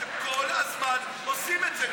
כל הזמן עושים את זה.